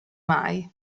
mai